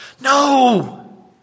No